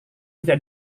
tidak